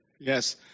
yes